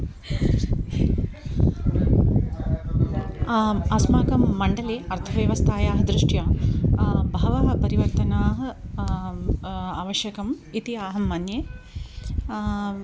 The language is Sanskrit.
आम् अस्माकं मण्डले अर्थव्यवस्थायाः दृष्ट्या बहवः परिवर्तनाः आवश्यकं इति अहं मन्ये